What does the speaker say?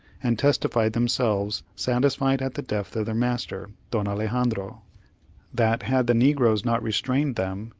and testified themselves satisfied at the death of their master, don alexandro that, had the negroes not restrained them,